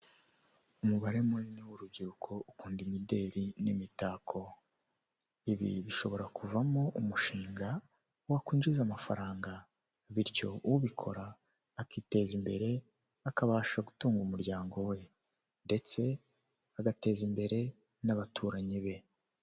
Umubare munini w'urubyiruko ukunda imideli n'imitako, ibi bishobora kuvamo umushinga wakwinjiza amafaranga bityo ubikora akiteza imbere, akabasha gutunga umuryango we ndetse agateza imbere n'abaturanyi be.